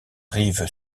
rive